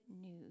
news